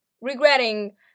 regretting